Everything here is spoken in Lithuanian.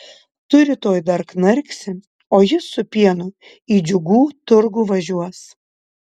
tu rytoj dar knarksi o jis su pienu į džiugų turgų važiuos